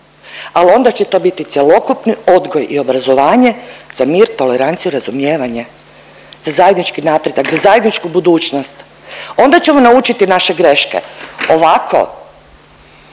Ali onda će to biti cjelokupni odgoj i obrazovanje za mir, toleranciju, razumijevanje. Za zajednički napredak, za zajedničku budućnost. Onda ćemo naučiti naše greške. Ovako,